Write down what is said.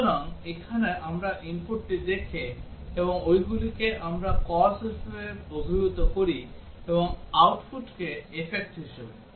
সুতরাং এখানে আমরা inputটি দেখি এবং ঐগুলিকে আমরা cause হিসেবে অভিহিত করি এবং আউটপুটকে effect হিসাবে